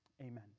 Amen